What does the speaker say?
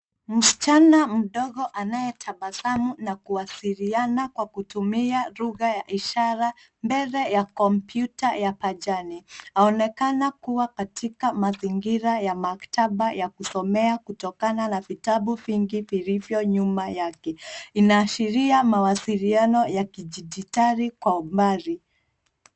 Msichana mdogo anayetabasamu na kuwasiliana kwa kutumia lugha ya ishara mbele ya kompyuta ya pajani. Anaonekana kuwa katika mazingira ya maktaba ya kusomea kutokana na vitabu vingi vilivyo nyuma yake. Inaashiria mawasiliano ya kidijitali kwa umbali.